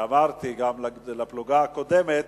ואמרתי גם לפלוגה הקודמת: